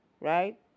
right